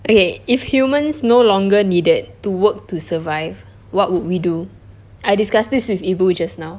okay if humans no longer needed to work to survive what would we do I discussed this with ibu just now